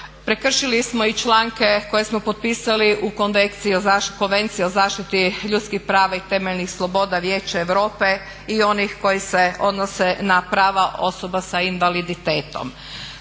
Prekršili smo i članke koje smo potpisali u Konvenciji o zaštiti ljudskih prava i temeljnih sloboda Vijeća Europe i onih koji se odnose na prava osoba s invaliditetom.